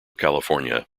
california